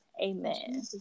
amen